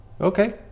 Okay